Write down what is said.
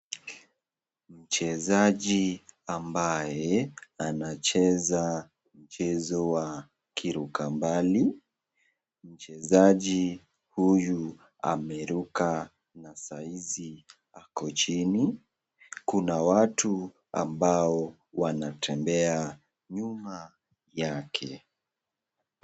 Mchezaji ambaye anacheza mchezo wa kiruka mbali, mchezaji huyu ameruka na saa hizi ako chini, kuna watu ambao wanatembea nyuma yake.